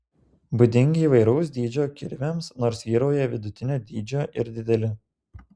būdingi įvairaus dydžio kirviams nors vyrauja vidutinio dydžio ir dideli